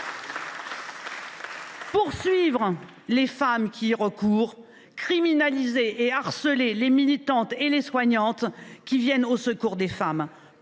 poursuivre les femmes qui y recourent, criminaliser et harceler les militantes et les soignantes qui viennent au secours des femmes.